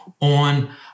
on